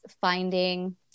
finding